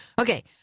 Okay